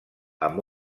amb